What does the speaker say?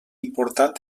important